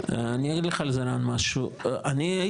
אני אגיד לך על זה רן משהו,